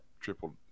triple